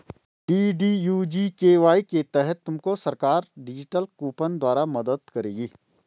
DDU GKY के तहत तुमको सरकार डिजिटल कूपन द्वारा मदद करेगी